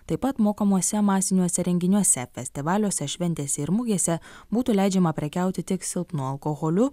taip pat mokamuose masiniuose renginiuose festivaliuose šventėse ir mugėse būtų leidžiama prekiauti tik silpnu alkoholiu